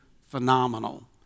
phenomenal